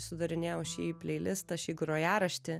sudarinėjau šį pleilistą šį grojaraštį